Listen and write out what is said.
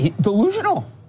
Delusional